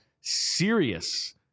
serious